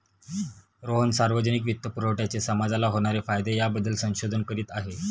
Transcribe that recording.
रोहन सार्वजनिक वित्तपुरवठ्याचे समाजाला होणारे फायदे याबद्दल संशोधन करीत आहे